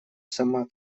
сама